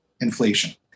inflation